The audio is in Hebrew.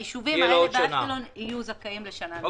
היישובים ואשקלון יהיו זכאים לשנה נוספת.